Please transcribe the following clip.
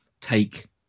take